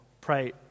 pray